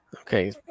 Okay